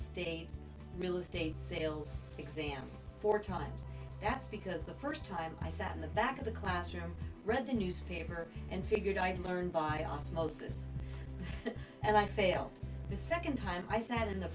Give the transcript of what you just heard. state real estate sales exam four times that's because the first time i sat in the back of the class or read the newspaper and figured i'd learn by osmosis and i failed the second time i sat in the